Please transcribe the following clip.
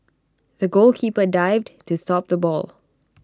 the goalkeeper dived to stop the ball